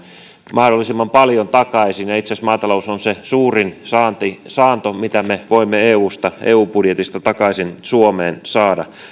mahdollisimman paljon takaisin itse asiassa maatalous on se suurin saanto mitä me voimme eu budjetista takaisin suomeen saada